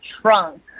trunk